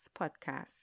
podcast